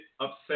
upset